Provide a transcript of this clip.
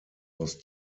was